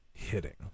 hitting